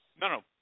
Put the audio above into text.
no